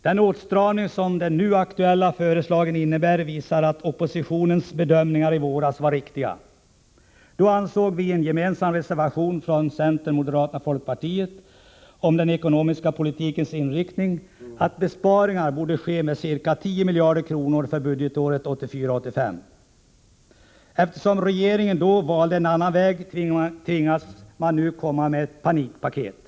Den åtstramning som de nu aktuella förslagen innebär visar att oppositionens bedömningar i våras var riktiga. Då ansåg vi från centern, moderaterna och folkpartiet, vilket framgår av en gemensam reservation om den ekonomiska politikens inriktning, att besparingar om ca 10 miljarder kronor borde ske för budgetåret 1984/85. Eftersom regeringen då valde en annan väg, tvingas man nu komma med ett panikpaket.